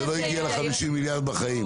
זה לא הגיע ל-50 מיליארד, בחיים.